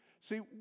See